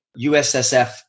USSF